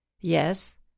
Yes